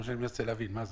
אני מנסה להבין מה זה.